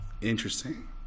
interesting